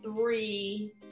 three